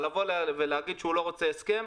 אבל להגיד שהוא לא רוצה הסכם?